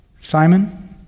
Simon